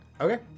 Okay